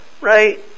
right